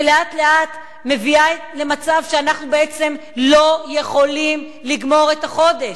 שלאט-לאט מביאה למצב שאנחנו בעצם לא יכולים לגמור את החודש.